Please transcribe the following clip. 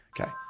Okay